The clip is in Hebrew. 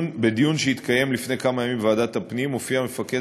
בדיון שהתקיים לפני כמה ימים בוועדת הפנים הופיע מפקד